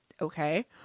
okay